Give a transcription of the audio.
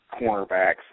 cornerbacks